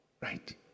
right